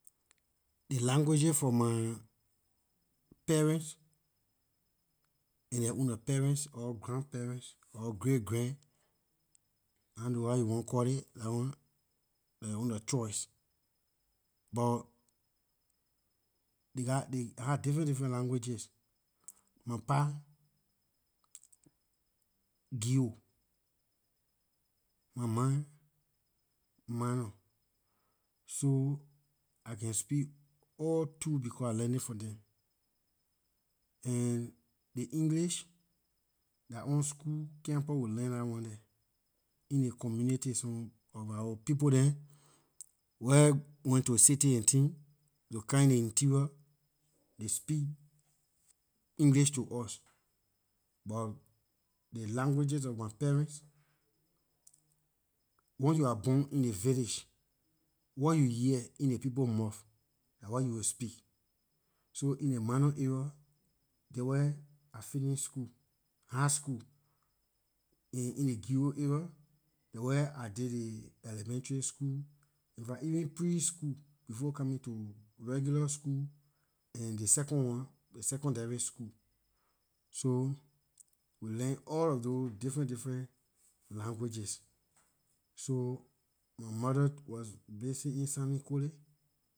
The languages for my parents and their ownlor parents or grandparents or great- grand ahn know how you want call ley dah yor ownlor choice buh they got- they have different different languages my pa, gio, my ma, mano so I can speak all two becor I learned it from them and ley english dah on school campus we learn dah one there in ley community some of our people dem wher went to city and tin they will come in ley interior they speak english to us buh ley languages of my parents once you are born in ley village what you hear in ley people mouth dah what you will speak so in ley mano area there where I fini school high school and in ley gio area there where I did ley elementary school infact even pre- school before coming to regular school and ley second one ley secondary school so we learn all of those different different languages so my mother was basing in sanniquelle